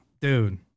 dude